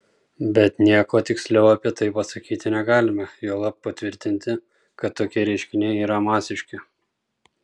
bet nieko tiksliau apie tai pasakyti negalime juolab patvirtinti kad tokie reiškiniai yra masiški